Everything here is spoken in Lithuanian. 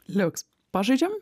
liuks pažaidžiam